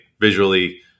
visually